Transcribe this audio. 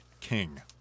king